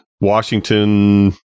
Washington